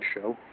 show